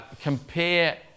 compare